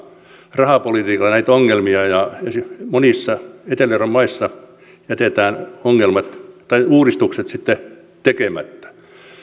rahapolitiikalla näitä ongelmia ja monissa etelä euroopan maissa jätetään uudistukset tekemättä